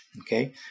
Okay